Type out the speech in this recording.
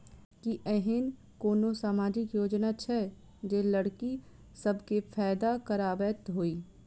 की एहेन कोनो सामाजिक योजना छै जे लड़की सब केँ फैदा कराबैत होइ?